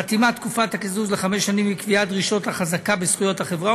תחימת תקופת הקיזוז לחמש שנים וקביעת דרישות החזקה בזכויות החברה,